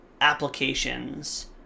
applications